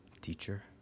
Teacher